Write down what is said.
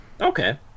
Okay